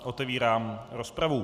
Otevírám rozpravu.